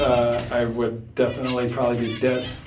i would definitely probably be dead.